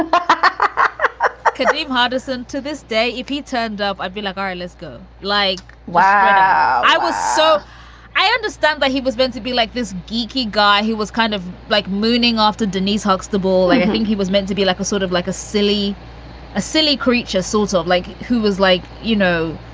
i ah could be partisan to this day. if he turned up, i'd be like lisco, like why i was so i understand that he was meant to be like this geeky guy. he was kind of like mooning after denise huxtable. and i think he was meant to be like a sort of like a silly a silly creature, sort of like who was like, you know,